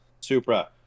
Supra